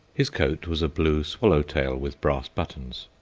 his coat was a blue swallow-tail with brass buttons.